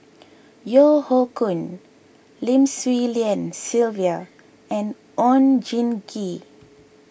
Yeo Hoe Koon Lim Swee Lian Sylvia and Oon Jin Gee